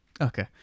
Okay